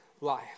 life